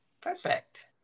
Perfect